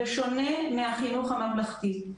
בשונה מהחינוך הממלכתי.